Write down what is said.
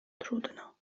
trudno